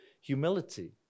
humility